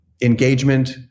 engagement